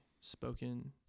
spoken